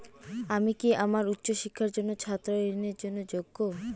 আমি কি আমার উচ্চ শিক্ষার জন্য ছাত্র ঋণের জন্য যোগ্য?